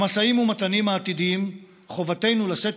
במשאים ומתנים העתידיים חובתנו לשאת